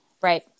Right